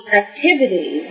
activity